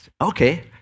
Okay